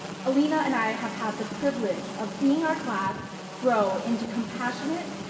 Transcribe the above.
elena and i have had the privilege of seeing our class grow into compassionate,